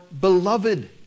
beloved